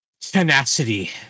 tenacity